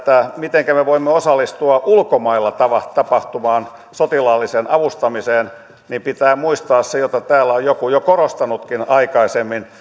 mitenkä me voimme osallistua ulkomailla tapahtuvaan sotilaalliseen avustamiseen pitää muistaa se mitä täällä on joku jo korostanutkin aikaisemmin